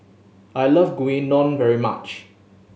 I like Gyudon very much